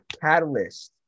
catalyst